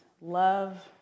love